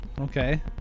okay